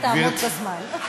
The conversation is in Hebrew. רק תעמוד בזמן.